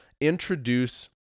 introduce